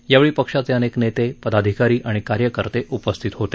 यावेळी पक्षाचे अनेक नेते पदाधिकारी आणि कार्यकर्ते उपस्थित होते